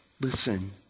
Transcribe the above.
Listen